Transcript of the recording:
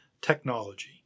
technology